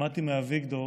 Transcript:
שמעתי מאביגדור